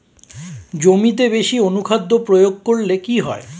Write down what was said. জমিতে বেশি অনুখাদ্য প্রয়োগ করলে কি হয়?